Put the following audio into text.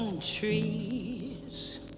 trees